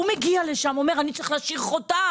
הוא מגיע לשם, והוא אומר אני צריך להשאיר חותם.